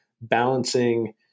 balancing